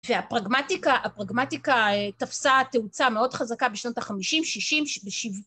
והפרגמטיקה, הפרגמטיקה תפסה תאוצה מאוד חזקה בשנות החמישים, שישים, בשב..